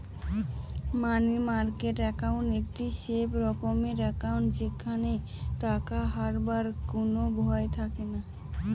মানি market account একটি safe রকমের account যেখানে টাকা হারাবার কোনো ভয় থাকেনা